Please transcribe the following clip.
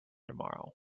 tomorrow